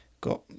got